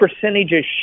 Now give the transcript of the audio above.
percentages